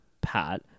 Pat